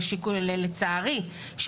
לצערי,